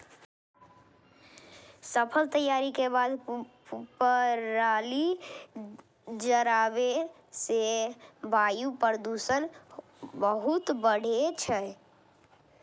फसल तैयारी के बाद पराली जराबै सं वायु प्रदूषण बहुत बढ़ै छै